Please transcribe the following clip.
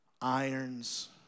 irons